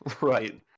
Right